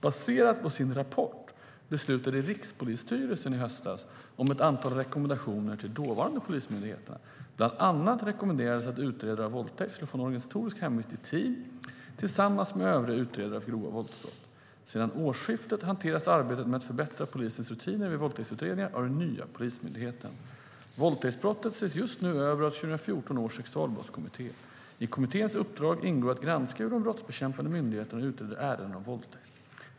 Baserat på sin rapport beslutade Rikspolisstyrelsen i höstas om ett antal rekommendationer till dåvarande polismyndigheterna. Bland annat rekommenderades att utredare av våldtäkt skulle få en organisatorisk hemvist i team tillsammans med övriga utredare av grova våldsbrott. Sedan årsskiftet hanteras arbetet med att förbättra polisens rutiner vid våldtäktsutredningar av den nya Polismyndigheten. Våldtäktsbrottet ses just nu över av 2014 års sexualbrottskommitté. I kommitténs uppdrag ingår att granska hur de brottsbekämpande myndigheterna utreder ärenden om våldtäkt.